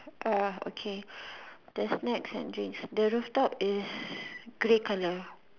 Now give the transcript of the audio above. uh okay there's snacks and drinks the rooftop is grey colour